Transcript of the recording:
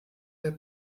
der